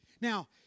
Now